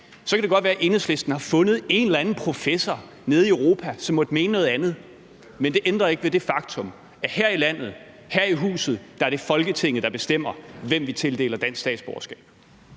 Så kan det godt være, at Enhedslisten har fundet en eller anden professor nede i Europa, som måtte mene noget andet, men det ændrer ikke ved det faktum, at her i landet, her i huset, er det Folketinget, der bestemmer, hvem vi tildeler dansk statsborgerskab.